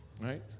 Right